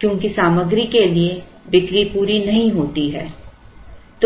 क्योंकि सामग्री के लिए बिक्री पूरी नहीं होती है